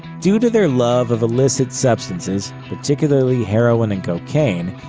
due to their love of illicit substances, particularly heroin and cocaine,